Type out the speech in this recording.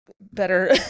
better